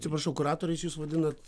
atsiprašau kuratoriais jūs vadinat